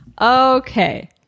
Okay